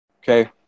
Okay